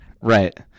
right